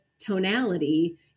tonality